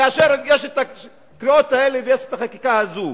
כאשר יש הקריאות האלה ויש החקיקה הזו.